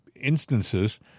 instances